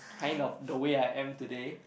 kind of the way I am today